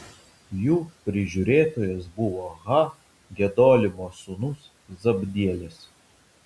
jų prižiūrėtojas buvo ha gedolimo sūnus zabdielis